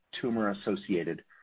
tumor-associated